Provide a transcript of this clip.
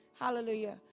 Hallelujah